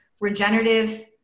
regenerative